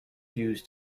used